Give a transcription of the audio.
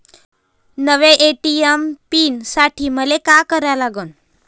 नव्या ATM pin साठी मले का करा लागन?